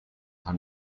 her